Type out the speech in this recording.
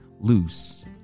loose